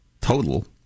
total